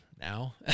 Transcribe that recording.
now